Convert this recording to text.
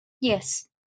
Yes